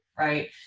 right